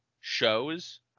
shows